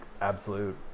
absolute